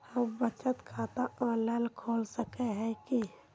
हम बचत खाता ऑनलाइन खोल सके है की?